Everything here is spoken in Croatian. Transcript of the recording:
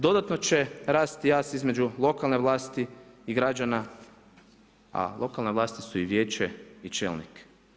Dodatno će rasti jaz između lokalne vlasti i građana, a lokalne vlasti su i vijeće i čelnik.